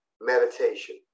meditation